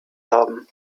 haben